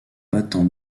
battant